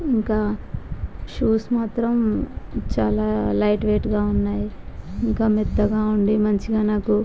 ఇంకా షూస్ మాత్రం చాలా లైట్ వెయిట్గా ఉన్నాయి ఇంకా మెత్తగా ఉండి మంచిగా నాకు